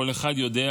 כל אחד יודע,